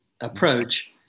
approach